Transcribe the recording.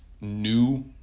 new